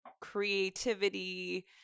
creativity